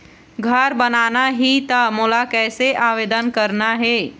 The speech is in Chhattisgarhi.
घर बनाना ही त मोला कैसे आवेदन करना हे?